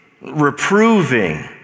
reproving